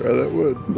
ah that wood.